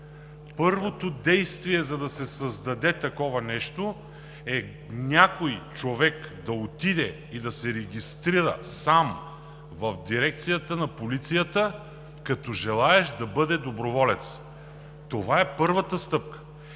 първото действие, за да се създаде такова нещо, е някой човек да отиде и да се регистрира сам в дирекцията на полицията като желаещ да бъде доброволец. Това е първата стъпка.